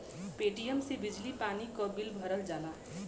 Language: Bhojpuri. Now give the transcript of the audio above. पेटीएम से बिजली पानी क बिल भरल जाला